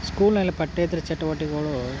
ಸ್ಕೂಲ್ನಲ್ಲಿ ಪಠ್ಯೇತರ ಚಟುವಟಿಕೆಗಳು